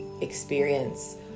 experience